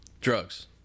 Drugs